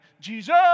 Jesus